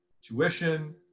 tuition